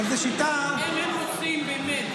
אם הם רוצים באמת,